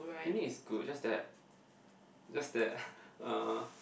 uni is good just that just that uh